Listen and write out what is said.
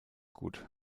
gut